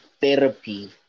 therapy